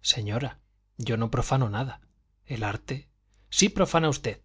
señora yo no profano nada el arte sí profana usted